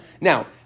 Now